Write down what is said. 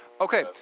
Okay